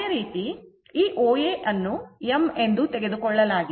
ಅದೇ ರೀತಿ ಈ OA ಅನ್ನು m ಎಂದು ತೆಗೆದುಕೊಳ್ಳಲಾಗಿದೆ